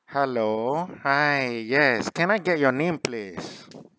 hello hi yes can I get your name please